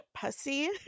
pussy